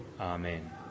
Amen